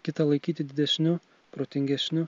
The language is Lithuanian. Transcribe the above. kitą laikyti didesniu protingesniu